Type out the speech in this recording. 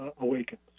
awakens